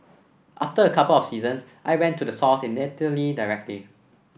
after a couple of seasons I went to the source in Italy directly